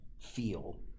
feel